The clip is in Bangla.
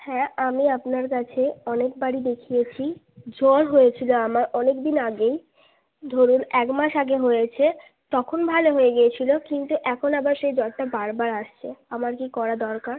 হ্যাঁ আমি আপনার কাছে অনেকবারই দেখিয়েছি জ্বর হয়েছিল আমার অনেক দিন আগেই ধরুন এক মাস আগে হয়েছে তখন ভালো হয়ে গিয়েছিল কিন্তু এখন আবার সেই জ্বরটা বারবার আসছে আমার কী করা দরকার